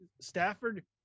Stafford